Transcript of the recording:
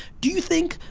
do you think,